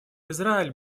израиль